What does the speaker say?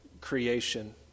creation